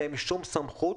הצבעה תקנה 17 התקבלה.